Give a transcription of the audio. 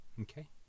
Okay